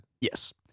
Yes